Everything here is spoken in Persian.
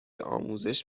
آموزش